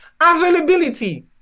availability